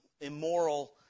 immoral